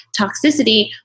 toxicity